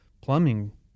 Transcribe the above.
Plumbing